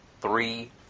three